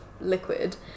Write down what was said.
liquid